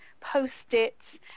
post-its